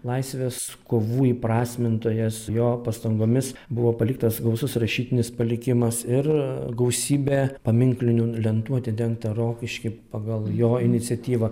laisvės kovų įprasmintojas jo pastangomis buvo paliktas gausus rašytinis palikimas ir gausybė paminklinių lentų atidengta rokišky pagal jo iniciatyvą